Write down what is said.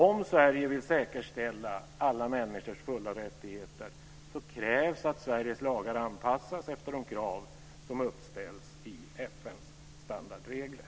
Om Sverige vill säkerställa alla människors fulla rättigheter krävs att Sveriges lagar anpassas efter de krav som uppställs i FN:s standardregler.